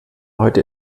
heute